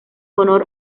honor